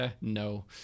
No